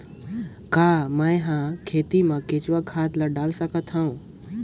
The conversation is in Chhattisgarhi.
कौन मैं हवे खेती मा केचुआ खातु ला डाल सकत हवो?